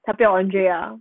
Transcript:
他不要 andrea 了